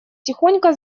тихонько